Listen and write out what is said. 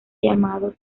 llamado